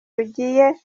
rugiye